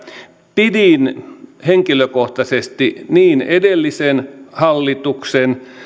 pidin henkilökohtaisesti niin edellisen hallituksen